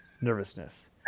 nervousness